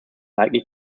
likely